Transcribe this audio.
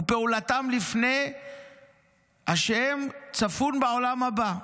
ופעולתם לפני ה' צפון בעולם הבא.